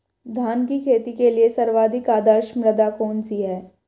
धान की खेती के लिए सर्वाधिक आदर्श मृदा कौन सी है?